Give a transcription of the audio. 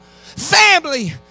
family